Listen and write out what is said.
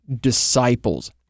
disciples